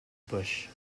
bush